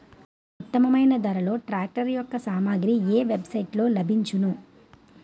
ఉత్తమమైన ధరలో ట్రాక్టర్ యెక్క సామాగ్రి ఏ వెబ్ సైట్ లో లభించును?